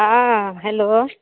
हँ हेलो